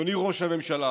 אדוני ראש הממשלה,